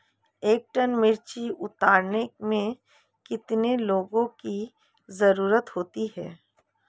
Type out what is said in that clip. एक टन मिर्ची उतारने में कितने लोगों की ज़रुरत होती है?